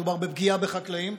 מדובר בפגיעה בחקלאים.